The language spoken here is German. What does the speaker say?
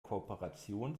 kooperation